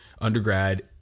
undergrad